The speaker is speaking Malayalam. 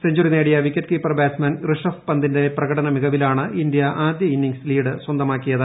സെഞ്ചുറി നേടിയ വിക്കറ്റ് കീപ്പർ ബാറ്റ്സ്മാൻ ഋഷഭ് പന്തിന്റെ പ്രകടനമികവിലാണ് ഇന്ത്യ ആദ്യ ഇന്നിങ്സിൽ ലീഡ് സ്വന്തമാക്കിയത്